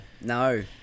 no